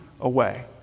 away